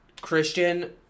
Christian